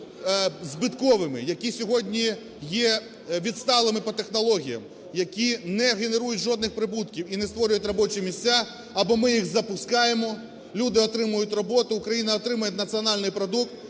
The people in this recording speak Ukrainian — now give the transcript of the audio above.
які сьогодні є відсталими по технологіям, які не генерують жодних прибутків і не створюють робочі місця, або ми їх запускаємо, люди отримують роботу, Україна отримує національний продукт,